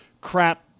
crap